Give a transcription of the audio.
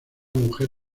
mujer